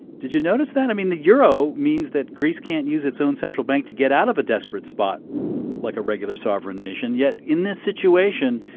did you notice that? i mean the euro means that greece can't use its own central bank to get out of a desperate spot like a regular sovereign nation. yet in this situation,